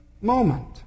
moment